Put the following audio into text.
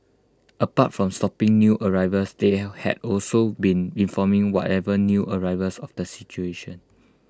apart from stopping new arrivals they had also been informing whatever new arrivals of the situation